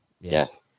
Yes